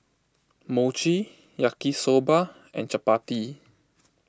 Mochi Yaki Soba and Chapati